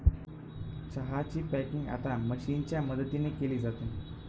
चहा ची पॅकिंग आता मशीनच्या मदतीने केली जाते